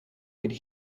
could